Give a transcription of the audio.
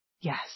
Yes